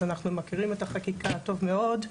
אז אנחנו מכירים את החקיקה טוב מאוד.